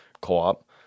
co-op